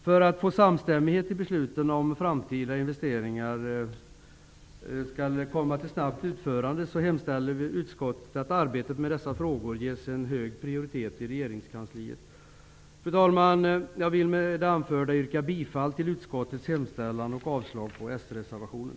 För att få samstämmighet i besluten om att framtida investeringar skall komma till snabbt utförande hemställer utskottet att arbetet med dessa frågor ges hög prioritet i regeringskansliet. Fru talman! Jag vill med det anförda yrka bifall till utskottets hemställan och avslag på sreservationen.